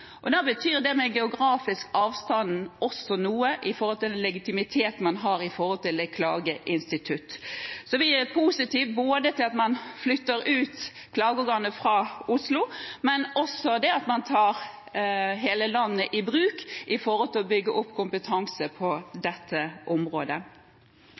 og da betyr det med geografisk avstand også noe når det gjelder den legitimitet man har til et klageinstitutt. Vi er positive til at man flytter klageorganet ut fra Oslo, men også til det at man tar hele landet i bruk for å bygge opp kompetanse på dette området.